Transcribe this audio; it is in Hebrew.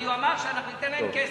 הרי הוא אמר שאנחנו ניתן להם כסף,